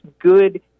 good